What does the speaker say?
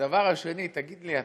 והדבר השני, תגיד לי אתה,